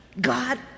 God